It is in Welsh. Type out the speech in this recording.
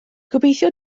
gobeithio